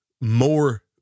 more